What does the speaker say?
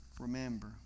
remember